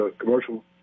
commercial